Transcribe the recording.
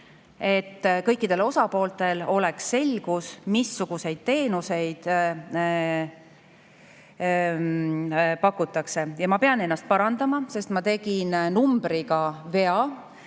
kõikidel osapooltel oleks selgus, missuguseid teenuseid pakutakse. Ja ma pean ennast parandama, sest ma tegin [arvu]vea.